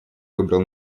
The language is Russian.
выбрал